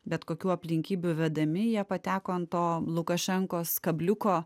bet kokių aplinkybių vedami jie pateko ant to lukašenkos kabliuko